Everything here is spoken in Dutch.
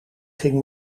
ging